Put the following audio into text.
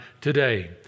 today